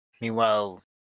Meanwhile